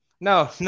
No